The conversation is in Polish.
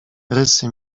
rysy